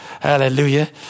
Hallelujah